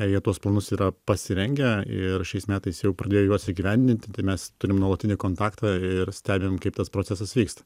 jie tuos planus yra pasirengę ir šiais metais jau pradėjo juos įgyvendinti tai mes turim nuolatinį kontaktą ir stebim kaip tas procesas vyksta